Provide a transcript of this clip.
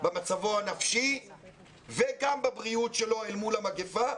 במצבו הנפשי וגם בבריאות שלו אל מול המגפה,